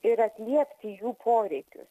ir atliepti jų poreikius